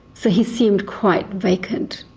so he seemed quite vacant,